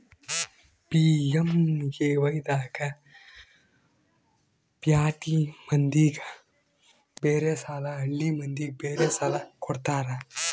PMAY ದಾಗ ಪ್ಯಾಟಿ ಮಂದಿಗ ಬೇರೆ ಸಾಲ ಹಳ್ಳಿ ಮಂದಿಗೆ ಬೇರೆ ಸಾಲ ಕೊಡ್ತಾರ